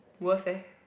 worst leh